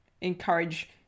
encourage